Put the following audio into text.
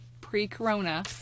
pre-corona